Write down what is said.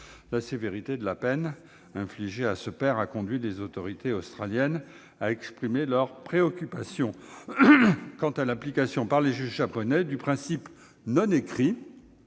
La sévérité de la peine infligée à ce père a conduit les autorités australiennes à exprimer leur préoccupation quant à l'application, par les juges japonais, du principe non écrit